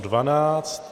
12.